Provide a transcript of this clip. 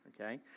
okay